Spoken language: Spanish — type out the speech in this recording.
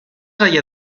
allá